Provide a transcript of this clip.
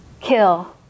kill